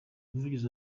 umuvugizi